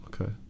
Okay